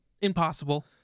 impossible